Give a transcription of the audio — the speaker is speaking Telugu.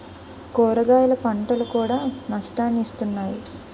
కూరగాయల పంటలు కూడా నష్టాన్ని ఇస్తున్నాయి